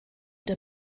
der